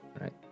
right